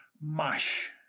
mush